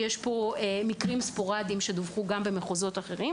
יש פה מקרים ספורדיים שדווחו גם במחוזות אחרים